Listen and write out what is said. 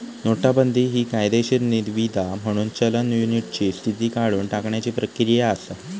नोटाबंदी हि कायदेशीर निवीदा म्हणून चलन युनिटची स्थिती काढुन टाकण्याची क्रिया असा